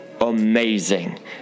amazing